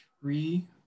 three